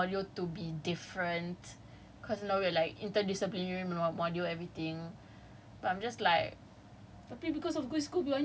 the faculty I mean my major macam just extra want to have this module to be different cause now we are like interdisciplinary module everything